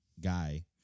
guy –